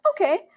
okay